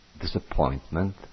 disappointment